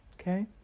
Okay